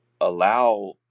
allow